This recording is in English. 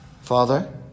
Father